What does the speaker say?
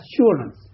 assurance